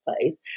place